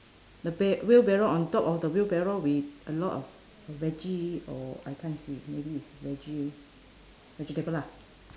the bar~ wheelbarrow on top of the wheelbarrow with a lot of veggie or I can't see maybe is vege~ vegetable lah